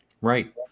Right